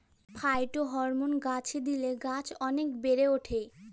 phytohormone গাছে দিলে গাছ অনেক বেড়ে ওঠে